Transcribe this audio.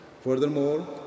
Furthermore